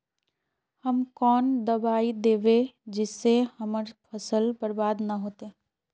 हम कौन दबाइ दैबे जिससे हमर फसल बर्बाद न होते?